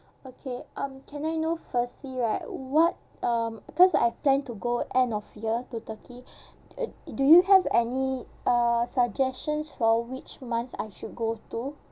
okay um can I know firstly right what um because I plan to go end of year to turkey uh do you have any uh suggestions for which month I should go to